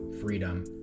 freedom